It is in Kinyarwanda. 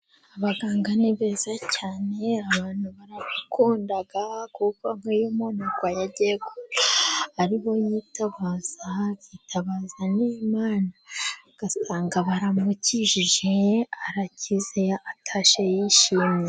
Abaganga ni beza cyane, abantu barabakunda kuko nk'iyo umuntu arwaye agiye ku..., aribo yitabaza, akitabaza n'Imana, ugasanga baramukijije, arakize, atashye yishimye.